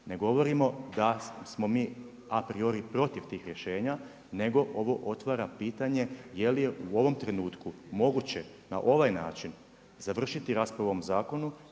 Ne govorimo da smo mi a priori protiv tih rješenja, nego ovo otvara pitanje je li u ovom trenutku moguće na ovaj način završiti raspravu o ovom zakonu